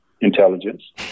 intelligence